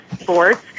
sports